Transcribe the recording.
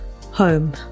home